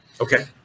Okay